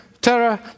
terror